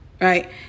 right